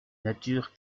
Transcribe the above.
nature